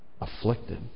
afflicted